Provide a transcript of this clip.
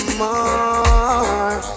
more